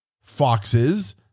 foxes